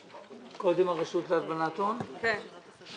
קודם הרשות לאיסור הלבנת הון, בבקשה.